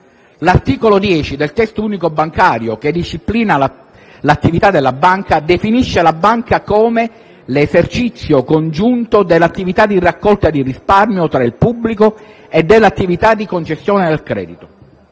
L'articolo 10 del Testo unico bancario che disciplina l'attività delle banche definisce la banca come «l'esercizio congiunto dell'attività di raccolta di risparmio tra il pubblico e dell'attività di concessione del credito».